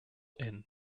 inn